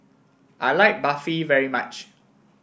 I like Barfi very much